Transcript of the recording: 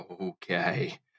Okay